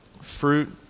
fruit